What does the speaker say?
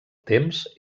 temps